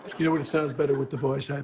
you know it it sounds better with the voice,